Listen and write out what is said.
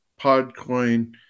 PodCoin